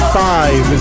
five